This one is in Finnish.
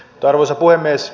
arvoisa puhemies